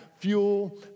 Fuel